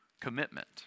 commitment